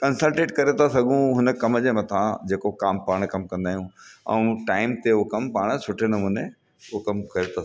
concentrate करे था सघूं हुन कम जे मथा जेको कमु पाण कंदा आहियूं ऐं टाइम ते उहो कमु पाण सुठे नमूने उहो कमु करे था सघूं